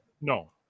No